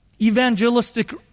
evangelistic